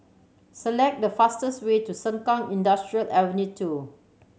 select the fastest way to Sengkang Industrial Ave Two